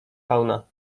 fauna